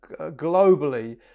globally